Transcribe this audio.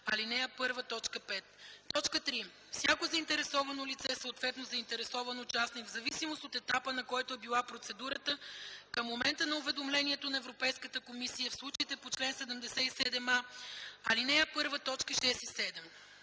ал. 1, т. 5; 3. всяко заинтересовано лице, съответно заинтересован участник в зависимост от етапа, на който е била процедурата към момента на уведомлението на Европейската комисия – в случаите по чл.77а, ал. 1, т.